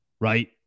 right